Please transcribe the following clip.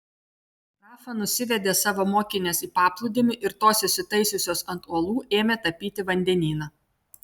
rafa nusivedė savo mokines į paplūdimį ir tos įsitaisiusios ant uolų ėmė tapyti vandenyną